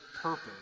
purpose